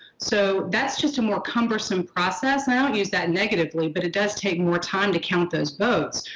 so that's just a more cumbersome process now, and use that negatively but it does take more time to count those votes.